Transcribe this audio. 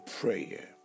prayer